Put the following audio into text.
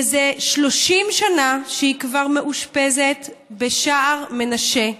וזה 30 שנה שהיא כבר מאושפזת בשער מנשה,